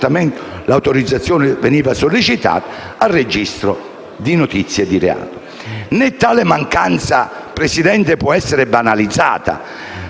l'autorizzazione veniva sollecitata, nel registro di notizie di reato. Una tale mancanza, signor Presidente, non può essere banalizzata,